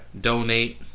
Donate